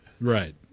Right